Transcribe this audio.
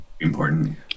Important